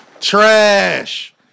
Trash